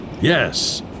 Yes